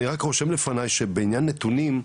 אני רק רושם לפניי שבעניין נתונים,